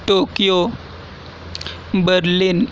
Tokyo Berlin